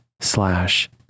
slash